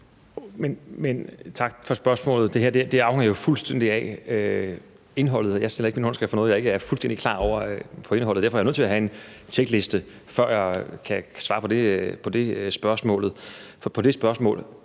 Tak for spørgsmålet. Det afhænger jo fuldstændig af indholdet. Jeg sætter ikke min underskrift på noget, hvor jeg ikke er fuldstændig klar over indholdet. Derfor er jeg jo nødt til at have en tjekliste, før jeg kan svare på det spørgsmål.